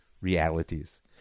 realities